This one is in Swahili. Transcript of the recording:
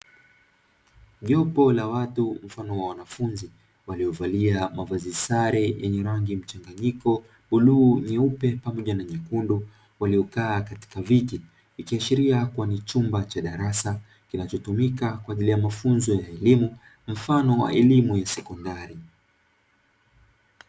Jopo la watu mfano wa wanafunzi, waliovalia mavazi sare yenye rangi mchanganyiko bluu, nyeupe pamoja na nyekundu, waliokaa katika viti, ikiashiria ni kuwa ni chumba cha darasa kinachotumika kwa ajili ya mafunzo ya elimu, mfano wa elimu ya sekondari.